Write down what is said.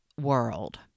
world